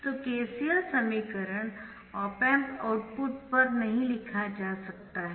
तो KCL समीकरण op amp output पर नहीं लिखा जा सकता है